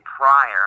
prior